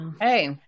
Hey